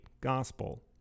gospel